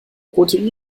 protein